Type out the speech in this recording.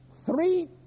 Three